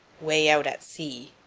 way out at sea.